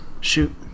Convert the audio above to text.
Shoot